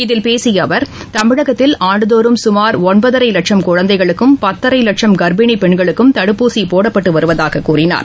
இதில் பேசிய அவர் தமிழகத்தில் ஆண்டுதோறும் சுமார் ஒன்பதரை வட்சம் குழந்தைகளுக்கும் பத்தரை வட்சம் கர்ப்பிணி பெண்களுக்கும் தடுப்பூசி போடப்பட்டு வருவதாக கூறினார்